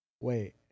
wait